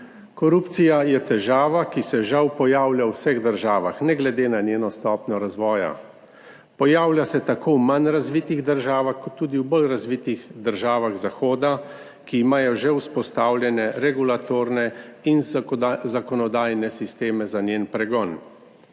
Korupcija je težava, ki se žal pojavlja v vseh državah ne glede na njeno stopnjo razvoja. Pojavlja se tako v manj razvitih državah kot tudi v bolj razvitih državah zahoda, ki imajo že vzpostavljene regulatorne in zakonodajne sisteme za njen pregon.